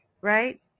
right